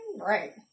Right